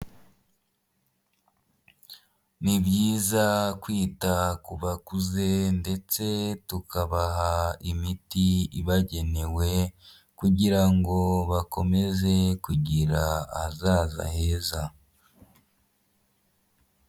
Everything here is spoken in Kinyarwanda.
Ni byiza kwita ku bakuze ndetse tukabaha imiti ibagenewe, kugira ngo bakomeze kugira ahazaza heza.